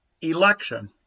election